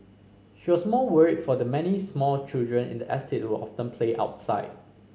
she was more worried for the many small children in the estate who often play outside